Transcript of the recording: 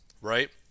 right